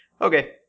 okay